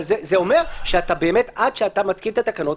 אבל זה אומר שעד שאתה מתקין את התקנות,